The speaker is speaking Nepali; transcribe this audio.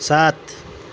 सात